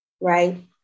right